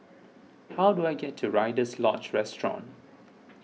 how do I get to Rider's Lodge Resort